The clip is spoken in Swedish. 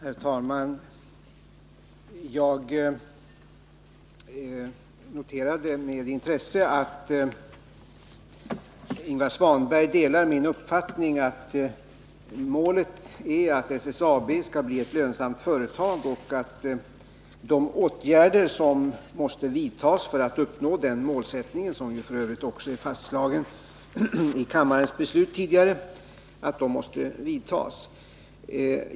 Herr talman! Jag noterade med intresse att Ingvar Svanberg delar min uppfattning att målet är att SSAB skall bli ett lönsamt företag och att åtgärderna för att uppnå detta mål — f. ö.fastslagna genom tidigare beslut i kammaren — måste vidtas.